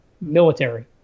military